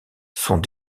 sont